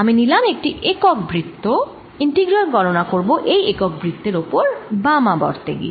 আমি নিলাম একটি একক বৃত্ত ইন্টিগ্রাল গণনা করব এই একক বৃত্তের ওপর বামাবর্তে গিয়ে